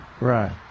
Right